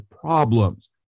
problems